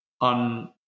on